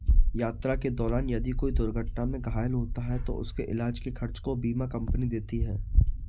यात्रा के दौरान यदि कोई दुर्घटना में घायल होता है तो उसके इलाज के खर्च को बीमा कम्पनी देती है